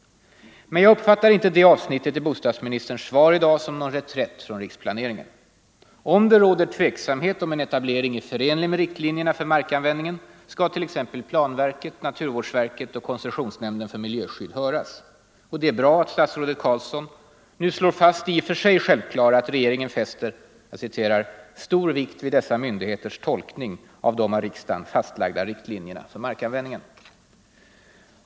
Men jag uppfattar inte det avsnittet i bostadsministerns svar i dag som någon reträtt från riksplaneringen. Råder det tveksamhet om huruvida en etablering är förenlig med riktlinjerna för markanvändningen skall t.ex. planverket, naturvårdsverket och koncessionsnämnden för miljöskydd höras. Och det är bra att statsrådet Carlsson nu slår fast det i och för sig självklara att regeringen fäster ”stor vikt vid dessa myndigheters tolkning av de av riksdagen fastlagda riktlinjerna för markanvändningen”.